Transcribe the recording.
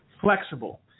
flexible